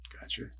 gotcha